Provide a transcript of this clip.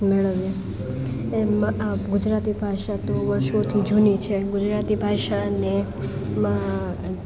મેળવીએ એમ ગુજરાતી ભાષા તો વર્ષોથી જૂની છે ગુજરાતી ભાષાને માં